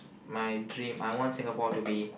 my dream I want to Singapore be